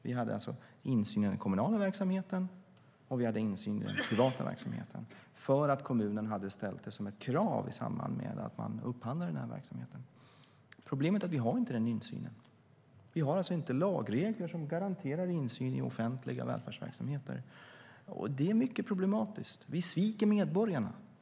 Vi hade insyn i den kommunala verksamheten, och vi hade insyn i den privata verksamheten för att kommunen hade ställt det som ett krav i samband med att man upphandlade denna verksamhet. Problemet är att vi inte har denna insyn. Vi har alltså inte lagregler som garanterar insyn i offentliga välfärdsverksamheter. Det är mycket problematiskt. Vi sviker medborgarna.